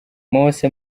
mose